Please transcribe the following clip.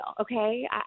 Okay